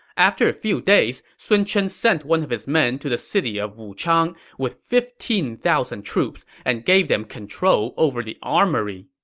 after a few days, sun chen sent one of his men to the city of wuchang with fifteen thousand troops and gave them control over the armory.